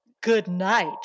Goodnight